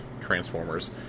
Transformers